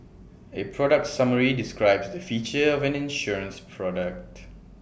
A product summary describes the features of an insurance product